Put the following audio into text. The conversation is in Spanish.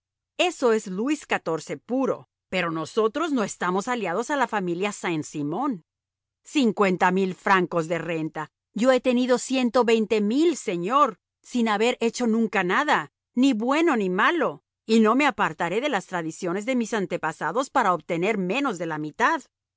eso es luis xiv puro pero nosotros no estamos aliados a la familia saint simon cincuenta mil francos de renta yo he tenido ciento veinte mil señor sin haber hecho nunca nada ni bueno ni malo y no me apartaré de las tradiciones de mis antepasados para obtener menos de la mitad